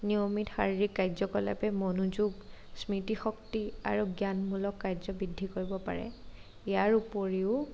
নিয়মিত শাৰীৰিক কাৰ্য্যকলাপে মনোযোগ স্মৃতিশক্তি আৰু জ্ঞানমূলক কাৰ্য্য বৃদ্ধি কৰিব পাৰে ইয়াৰ ওপৰিও